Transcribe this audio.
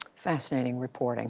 fascinating reporting.